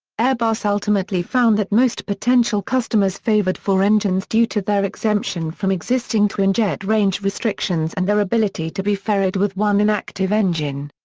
airbus ultimately found that most potential customers favoured four engines due to their exemption from existing twinjet range restrictions and their ability to be ferried with one inactive engine.